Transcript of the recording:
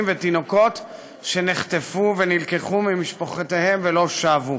ותינוקות שנחטפו ונלקחו ממשפחותיהם ולא שבו.